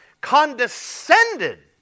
condescended